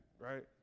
right